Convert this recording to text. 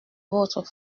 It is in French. votre